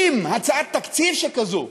עם הצעת תקציב שכזו,